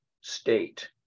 state